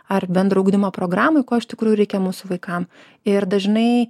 ar bendro ugdymo programai ko iš tikrųjų reikia mūsų vaikam ir dažnai